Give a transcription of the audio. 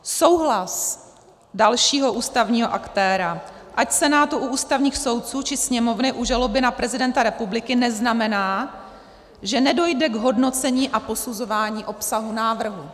Souhlas dalšího ústavního aktéra, ať Senátu u ústavních soudců, či Sněmovny u žaloby na prezidenta republiky, neznamená, že nedojde k hodnocení a posuzování obsahu návrhu.